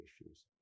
issues